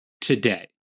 today